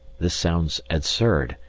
this sounds absurd,